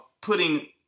putting